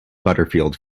butterfield